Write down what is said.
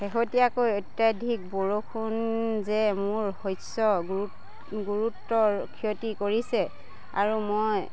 শেহতীয়াকৈ অত্যধিক বৰষুণে মোৰ শস্যৰ গুৰুতৰ ক্ষতি কৰিছে আৰু মই